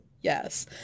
yes